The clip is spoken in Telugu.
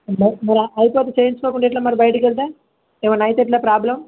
మరి అయిపోతే చేయించుకోకుండా ఎలా మరి బయటికి వెళతాం ఏమైన్నా అయితే ఎలా ప్రాబ్లమ్